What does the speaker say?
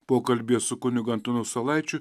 pokalbyje su kunigu antanu saulaičiu